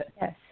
Yes